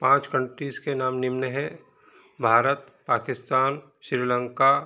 पाँच कन्ट्रीज़ के नाम निम्न हैं भारत पाकिस्तान श्रीलंका